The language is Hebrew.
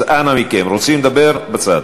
אז אנא מכם, רוצים לדבר, בצד.